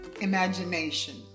Imagination